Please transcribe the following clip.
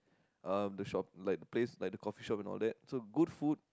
um the shop like the place like the coffeeshop and all that so good food